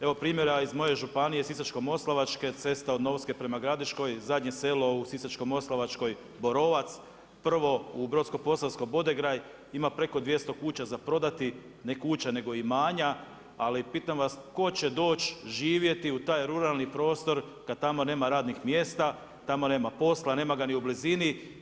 Evo primjera, iz moje županije Sisačko-moslavačke, cesta od Novske prema Gradiškoj, zadnje selo u Sisačko-moslavačkoj, Borovac, prvo u Brodsko-posavskoj Bodegraj ima preko 200 kuća za prodati, ne kuća nego imanja ali pitam vas tko će doći živjeti u taj ruralni prostor kad tamo nema radnih mjesta, tamo nema posla, nema ga ni u blizini?